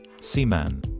seaman